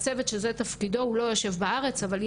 כי הסרה היא מענה מאוד חלקי.